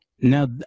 Now